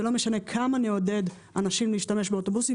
זה לא משנה כמה נעודד אנשים להשתמש באוטובוסים,